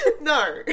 No